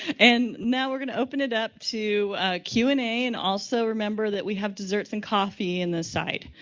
and now we're going to open it up to q and a and also remember that we have desserts and coffee in the side.